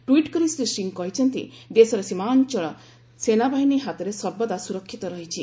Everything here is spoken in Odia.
ଟ୍ୱିଟ୍ କରି ଶ୍ରୀ ସିଂହ କହିଛନ୍ତି ଦେଶର ସୀମା ଅଞ୍ଚଳ ସେନାବାହିନୀ ହାତରେ ସର୍ବଦା ସ୍ରରକ୍ଷିତ ରହିଛି